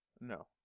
No